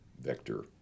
vector